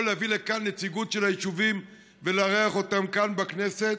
או להביא לכאן נציגות של היישובים ולארח אותם כאן בכנסת,